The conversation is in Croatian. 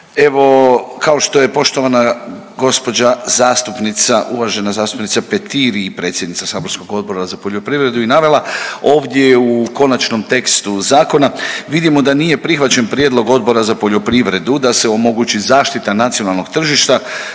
evo kao što je poštovana gospođa zastupnica, uvažena zastupnica Petir i predsjednica saborskog Odbora za poljoprivredu i navela, ovdje u konačnom tekstu zakona vidimo da nije prihvaćen prijedlog Odbora za poljoprivredu da se omogući zaštita nacionalnog tržišta